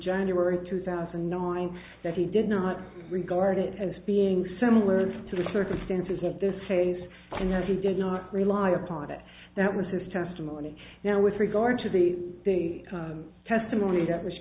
january two thousand and nine that he did not regard it as being similar to the circumstances of this case and that he did not rely upon it that was his testimony now with regard to the the testimony that was